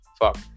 Fuck